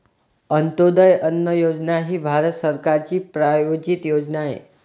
अंत्योदय अन्न योजना ही भारत सरकारची प्रायोजित योजना आहे